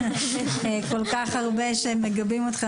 כל כך הרבה מגבים אתכם.